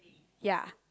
ya